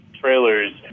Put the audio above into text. trailers